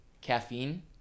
caffeine